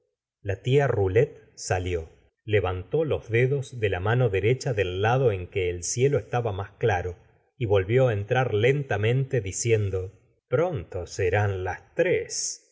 la tfa rolet salió levantó los dedos de la mano derecha del lado en que el cielo estaba más claro y volvió á entrar lentamente diciendo pronto serán las tres